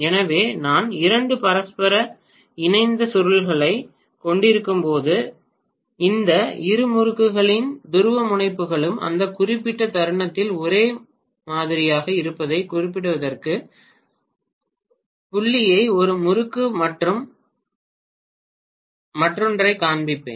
எனவே நான் 2 பரஸ்பர இணைந்த சுருள்களைக் கொண்டிருக்கும்போது இந்த இரு முறுக்குகளின் துருவமுனைப்புகளும் அந்த குறிப்பிட்ட தருணத்தில் ஒரே மாதிரியாக இருப்பதைக் குறிப்பிடுவதற்கு புள்ளியை ஒரு முறுக்கு மற்றும் மற்றொன்றைக் காண்பிப்பேன்